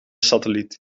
satelliet